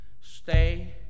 stay